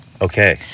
Okay